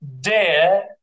dare